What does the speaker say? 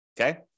Okay